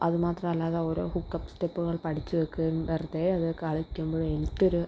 അതുമാത്രമല്ലാതെ ഓരോ hook up സ്റ്റെപ്പുകള് പഠിച്ചു വയ്ക്കുകയും വെറുതെ അത് കളിക്കുമ്പോഴും എനിക്കൊരു